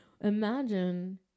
Imagine